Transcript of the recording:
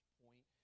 point